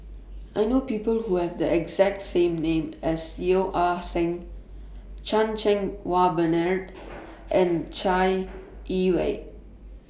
I know People Who Have The exact name as Yeo Ah Seng Chan Cheng Wah Bernard and Chai Yee Wei